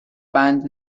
بند